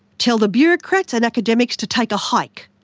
tell the bureaucrats and academics to take a hike.